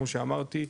כמו שאמרתי,